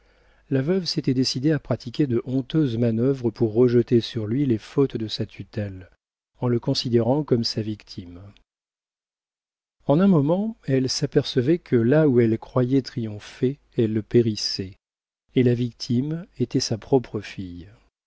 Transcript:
la veuve s'était décidée à pratiquer de honteuses manœuvres pour rejeter sur lui les fautes de sa tutelle en le considérant comme sa victime en un moment elle s'apercevait que là où elle croyait triompher elle périssait et la victime était sa propre fille